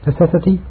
necessity